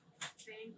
Thank